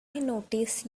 notice